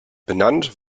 benannt